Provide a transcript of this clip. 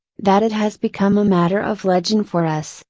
that it has become a matter of legend for us,